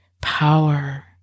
power